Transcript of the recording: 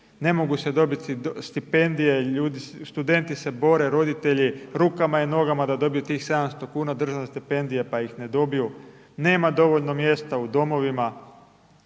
ne mogu se dobiti stipendije, ljudi, studenti se bore, roditelji rukama i nogama da dobiju tih 700 kuna državnih stipendija, pa ih ne dobiju, nema dovoljno mjesta u domovima,